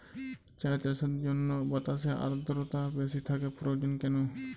চা চাষের জন্য বাতাসে আর্দ্রতা বেশি থাকা প্রয়োজন কেন?